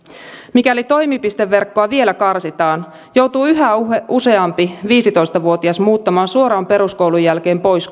mikäli toimipisteverkkoa vielä karsitaan joutuu yhä useampi viisitoista vuotias muuttamaan suoraan peruskoulun jälkeen pois